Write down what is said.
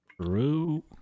True